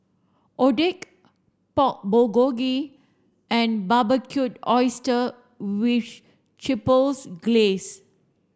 Oden Pork Bulgogi and Barbecued Oysters with Chipotle Glaze